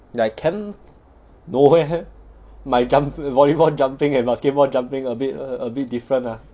I can no leh my jump vollyball jumping and basketball jumping a bit a bit different ah